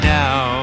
now